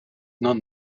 none